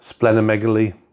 splenomegaly